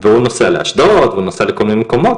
והוא נוסע לאשדוד, לכל מיני מקומות.